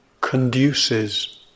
conduces